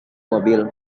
mobil